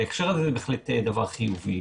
בהקשר הזה, זה בהחלט דבר חיובי.